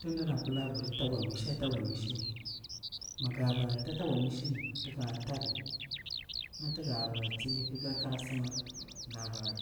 Tin ndana pila abir tabwa misha tabwa mishi ni, mi ga bara ta tabwa mishi ni, ti ga tari na ti ga bara tsili ki kari kara sima ga bara